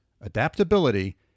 adaptability